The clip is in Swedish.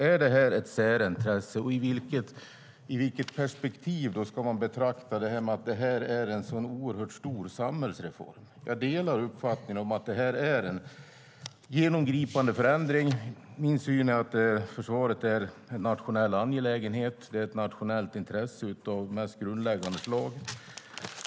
Är detta ett särintresse, och i vilket perspektiv ska man betrakta att detta är en så oerhört stor samhällsreform? Jag delar uppfattningen att detta är en genomgripande förändring. Min syn är att försvaret är en nationell angelägenhet. Det är ett nationellt intresse av det mest grundläggande slag.